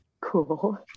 Cool